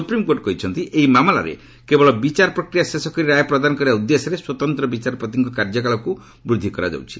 supreme court କହିଛନ୍ତି ଏହି ମାମଲାରେ କେବଳ ବିଚାର ପ୍ରକ୍ରିୟା ଶେଷ କରି ରାୟ ପ୍ରଦାନ କରିବା ଉଦ୍ଦେଶ୍ୟରେ ସ୍ୱତନ୍ତ୍ର ବିଚାରପତିଙ୍କ କାର୍ଯ୍ୟକାଳୟକୁ ବୃଦ୍ଧି କରାଯାଉଛି